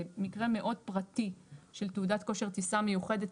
זה מקרה מאוד פרטי של תעודת כושר טיסה מיוחדת.